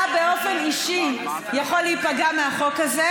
אתה באופן אישי יכול להיפגע מהחוק הזה,